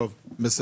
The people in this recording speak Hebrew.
תודה.